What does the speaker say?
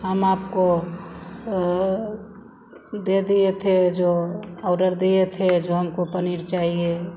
हम आपको दे दिए थे जो ऑर्डर दिए थे जो हमको पनीर चाहिए